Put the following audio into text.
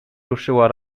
ruszyła